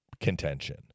contention